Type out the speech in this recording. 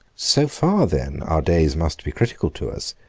so far then our days must be critical to us,